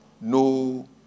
no